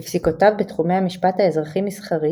בפסיקותיו בתחומי המשפט האזרחי-מסחרי